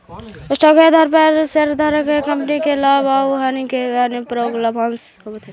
stock के आधार पर शेयरधारक के कंपनी के लाभ आउ हानि के अनुरूप लाभांश प्राप्त होवऽ हई